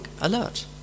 alert